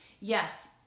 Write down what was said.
Yes